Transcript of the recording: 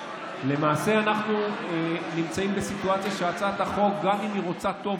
למעשה אנחנו נמצאים בסיטואציה שגם אם הצעת החוק רוצה טוב,